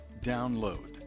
DOWNLOAD